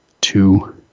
two